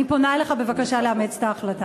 אני פונה אליך בבקשה לאמץ את ההחלטה.